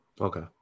Okay